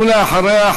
ואחריה,